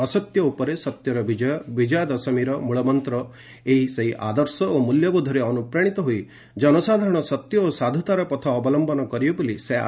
ଅସତ୍ୟ ଉପରେ ସତ୍ୟର ବିଜୟ ବିଜୟା ଦଶମୀର ମୂଳମନ୍ତ୍ର ଏହି ସେହି ଆଦର୍ଶ ଓ ମୂଲ୍ୟବୋଧରେ ଅନୁପ୍ରାଣିତ ହୋଇ ଜନସାଧାରଣ ସତ୍ୟ ଓ ସାଧୁତାର ପଥ ଅବଲମ୍ଭ କରିବେ ବୋଲି ସେ ଆଶା ପ୍ରକାଶ କରିଛନ୍ତି